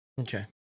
Okay